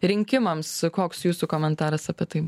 rinkimams koks jūsų komentaras apie tai